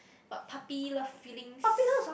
but puppy love feelings